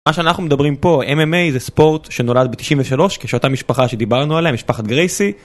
מה שאנחנו מדברים פה MMA, זה ספורט שנולד ב-93 כשאותה משפחה שדיברנו עליה, משפחת גרייסי,